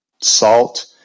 salt